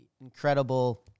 incredible